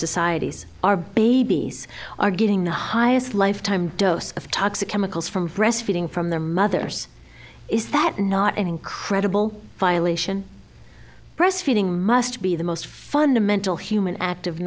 societies our babies are getting the highest lifetime dose of toxic chemicals from breast feeding from their mothers is that not an incredible violation breastfeeding must be the most fundamental human act